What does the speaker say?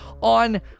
on